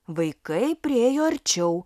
vaikai priėjo arčiau